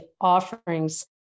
offerings